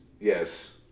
yes